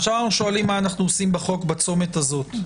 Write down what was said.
ועכשיו אנחנו שואלים מה אנחנו עושים בחוק בצומת הזה.